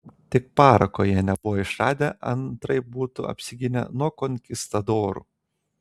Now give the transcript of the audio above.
tik parako jie nebuvo išradę antraip būtų apsigynę nuo konkistadorų